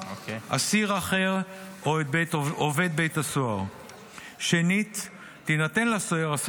או של מתקני שירות בתי הסוהר יוקנו לסוהרים,